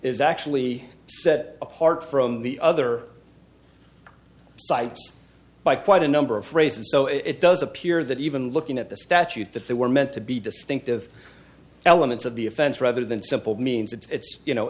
is actually set apart from the other sites by quite a number of phrases so it does appear that even looking at the statute that they were meant to be distinctive elements of the offense rather than simple means it's you know